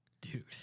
dude